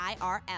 IRL